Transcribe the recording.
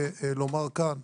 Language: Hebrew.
ולומר כאן: